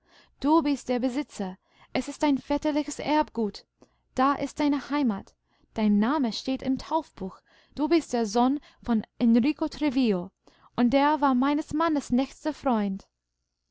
du bist der besitzer es ist dein väterliches erbgut da ist deine heimat dein name steht im taufbuch du bist der sohn von enrico trevillo und der war meines mannes